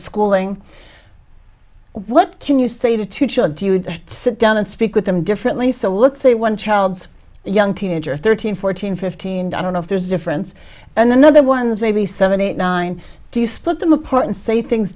schooling what can you say to should do you would sit down and speak with them differently so let's say one child's young teenager thirteen fourteen fifteen don't know if there's a difference and another one's maybe seven eight nine do you split them apart and say things